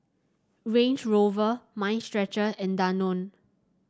Range Rover Mind Stretcher and Danone